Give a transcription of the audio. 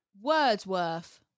Wordsworth